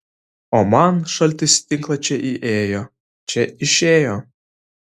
o man šaltis į tinklą čia įėjo čia išėjo